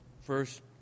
first